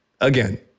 again